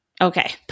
Okay